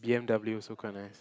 b_m_w also quite nice